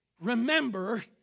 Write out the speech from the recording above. Remember